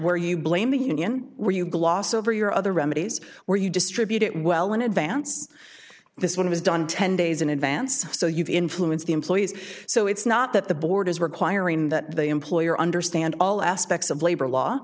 where you blame the union where you gloss over your other remedies where you distribute it well in advance this one was done ten days in advance so you've influence the employees so it's not that the board is requiring that the employer understand all aspects of labor law